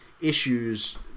issues